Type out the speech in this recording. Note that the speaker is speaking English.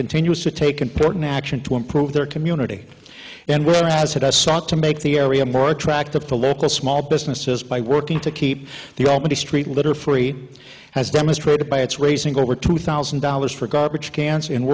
continues to take important action to improve their community and whereas it has sought to make the area more attractive to local small businesses by working to keep the albany street litter free as demonstrated by it's raising over two thousand dollars for garbage cans